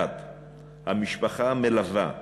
1. המשפחה המלווה,